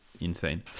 insane